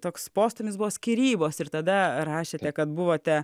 toks postūmis buvo skyrybos ir tada rašėte kad buvote